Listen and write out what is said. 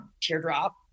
teardrop